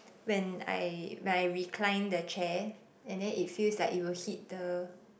when I when I recline the chair and then it feels like it will hit the